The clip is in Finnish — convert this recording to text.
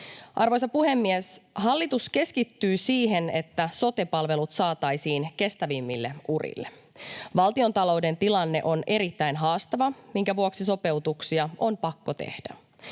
Arvoisa puhemies! Hallitus keskittyy siihen, että sote-palvelut saataisiin kestävämmille urille. Valtiontalouden tilanne on erittäin haastava, minkä vuoksi sopeutuksia on pakko tehdä.